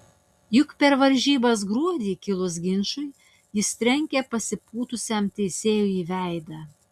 juk per varžybas gruodį kilus ginčui jis trenkė pasipūtusiam teisėjui į veidą